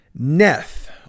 Neth